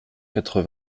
quatre